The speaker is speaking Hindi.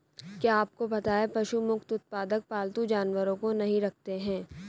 क्या आपको पता है पशु मुक्त उत्पादक पालतू जानवरों को नहीं रखते हैं?